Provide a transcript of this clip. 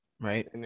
right